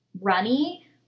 runny